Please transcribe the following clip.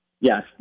Yes